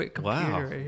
Wow